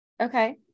Okay